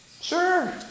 Sure